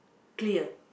clear